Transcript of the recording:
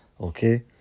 Okay